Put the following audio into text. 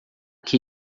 que